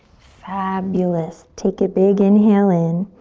fabulous. take a big inhale in.